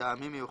מטעמים מיוחדים,